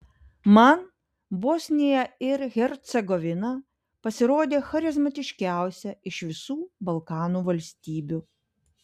man bosnija ir hercegovina pasirodė charizmatiškiausia iš visų balkanų valstybių